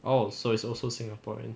oh so it's also singaporean